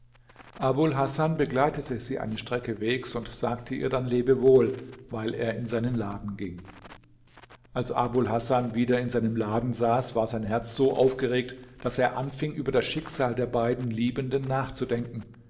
hasan begleitete sie eine strecke wegs und sagte ihr dann lebewohl weil er in seinen laden ging als abul hasan wieder in seinem laden saß war sein herz so aufgeregt daß er anfing über das schicksal der beiden liebenden nachzudenken